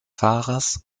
fahrers